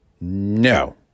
No